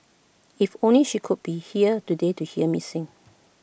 if only she could be here today to hear me sing